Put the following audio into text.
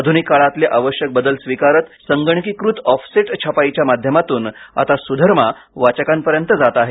आधुनिक काळातले आवश्यक बदल स्वीकारत संगणकीकृत ऑफसेट छपाईच्या माध्यमातून आता सुधर्मा वाचकांपर्यंत जात आहे